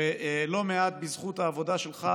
ולא מעט בזכות העבודה שלך